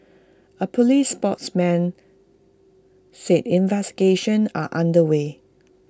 A Police spokesman said investigations are under way